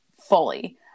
fully